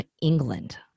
England